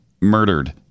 murdered